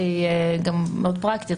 שהיא גם מאוד פרקטית,